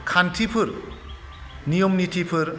खान्थिफोर नियम नितिफोर